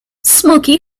smoky